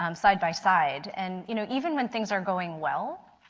um side-by-side. and you know even when things are going well,